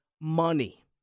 money